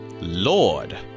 Lord